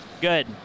Good